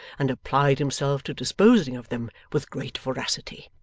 and applied himself to disposing of them with great voracity.